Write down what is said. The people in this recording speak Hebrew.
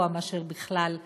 גבוה יותר מאשר בכלל הציבור,